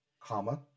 comma